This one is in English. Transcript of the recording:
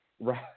Right